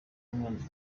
umwanzi